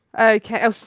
Okay